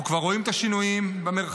אנחנו כבר רואים את השינויים במרחב,